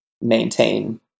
maintain